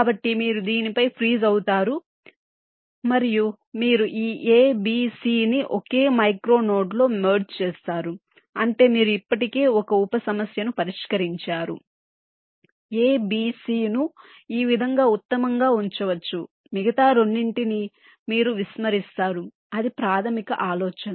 కాబట్టి మీరు దీనిపై ఫ్రీజ్ అవుతారు మరియు మీరు ఈ a b cని ఒకే మైక్రో నోడ్లో మెర్జ్ చేస్తారు అంటే మీరు ఇప్పటికే ఈ ఉప సమస్యను పరిష్కరించారు a b c ను ఈ విధంగా ఉత్తమంగా ఉంచవచ్చు మిగతా రెండింటిని మీరు విస్మరిస్తారు ఇది ప్రాథమిక ఆలోచన